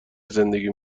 زندگی